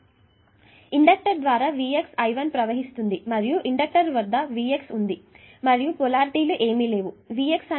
ఇప్పుడు ఈ ఇండక్టర్ ద్వారా Vx I1 ప్రవహిస్తుంది మరియు ఇండెక్టర్ వద్ద Vx ఉంది మరియు పొలారిటీ లు ఏమీ లేవు Vx అనేది L di1 dt